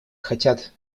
хотят